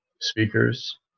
speakers